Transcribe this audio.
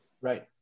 Right